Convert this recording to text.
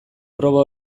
proba